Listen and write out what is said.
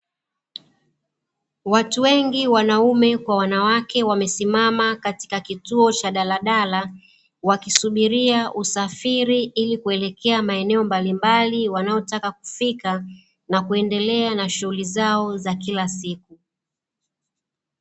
Watu wengi wanaume kwa wanawake wamesimama katika kituo cha daladala wakisubiria usafiri ili kuelekea maeneo mbalimbali wanayotaka kufika na kuendelea na shughuli zao za kila siku.